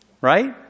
Right